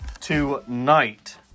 tonight